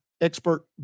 expert